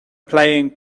playing